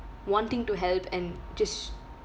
wanting to help and just